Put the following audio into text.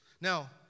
Now